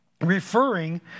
Referring